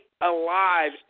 alive